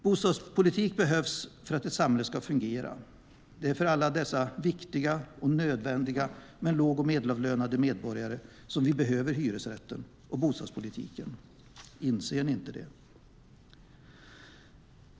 Bostadspolitik behövs för att ett samhälle ska fungera. Det är för alla dessa viktiga och nödvändiga men låg och medelavlönade medborgare som vi behöver hyresrätten och bostadspolitiken. Inser ni inte det?